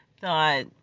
thought